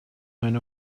meine